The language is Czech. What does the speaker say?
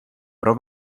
pro